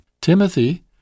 Timothy